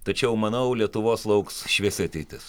tačiau manau lietuvos lauks šviesi ateitis